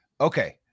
okay